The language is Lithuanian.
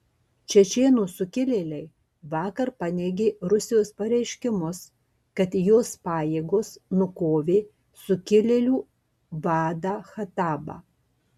čečėnų sukilėliai vakar paneigė rusijos pareiškimus kad jos pajėgos nukovė sukilėlių vadą khattabą